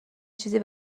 چیزی